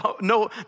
no